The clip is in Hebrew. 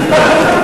נתקבל.